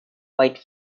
white